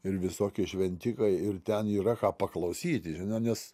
ir visokie šventikai ir ten yra ką paklausyti nes